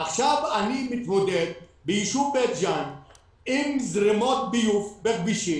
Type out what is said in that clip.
עכשיו אני מתמודד בישוב בית ג'ן עם זרימות ביוב בכבישים,